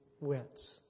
wits